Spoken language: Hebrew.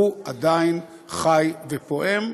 והוא עדיין חי ופועם.